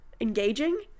engaging